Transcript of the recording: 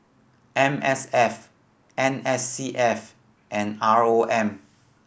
M S F N S C S and R O M